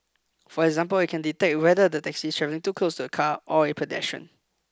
for example it can detect whether the taxi is travelling too close to a car or a pedestrian